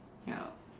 ya